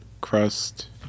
crust